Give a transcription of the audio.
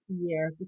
year